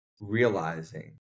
realizing